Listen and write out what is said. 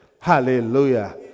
Hallelujah